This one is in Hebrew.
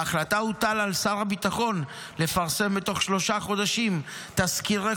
בהחלטה הוטל על שר הביטחון לפרסם בתוך שלושה חודשים תזכירי